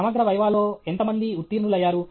సమగ్ర వైవా లో ఎంత మంది ఉత్తెర్ణులయ్యారు